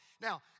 Now